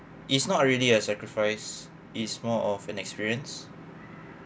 is not really a sacrifice is more of an experience